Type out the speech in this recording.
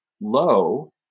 low